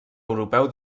europeu